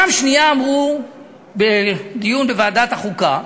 אמרו בדיון בוועדת החוקה,